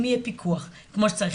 אם יהיה פיקוח כמו שצריך,